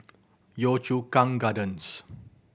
Yio Chu Kang Gardens